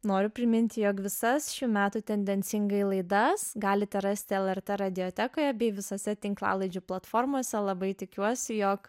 noriu priminti jog visas šių metų tendencingai laidas galite rasti lrt radiotekoje bei visose tinklalaidžių platformose labai tikiuosi jog